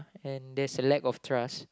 and that's a lack of trust